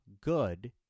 good